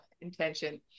intention